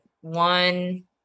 one